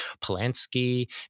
Polanski